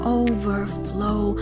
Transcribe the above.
overflow